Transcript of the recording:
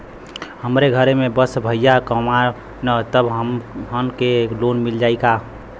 हमरे घर में बस भईया कमान तब हमहन के लोन मिल जाई का?